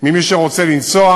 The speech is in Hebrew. ממי שרוצה לנסוע.